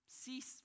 Cease